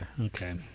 Okay